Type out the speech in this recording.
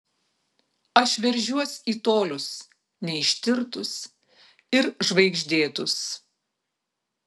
aš veržiuos į tolius neištirtus ir žvaigždėtus